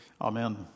Amen